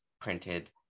printed